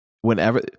Whenever